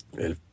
El